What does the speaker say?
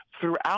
throughout